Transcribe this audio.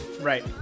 Right